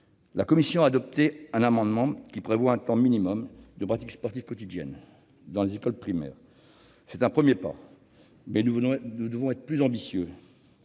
La commission a adopté un amendement pour prévoir un temps minimal de pratique sportive quotidienne dans les écoles primaires. C'est un premier pas, mais nous devons être plus ambitieux.